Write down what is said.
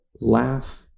laugh